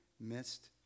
missed